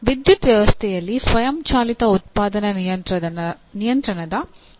ವಿದ್ಯುತ್ ವ್ಯವಸ್ಥೆಯಲ್ಲಿ ಸ್ವಯಂಚಾಲಿತ ಉತ್ಪಾದನಾ ನಿಯಂತ್ರಣದ ಮಹತ್ವವೇನು